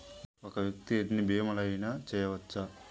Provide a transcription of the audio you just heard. ఒక్క వ్యక్తి ఎన్ని భీమలయినా చేయవచ్చా?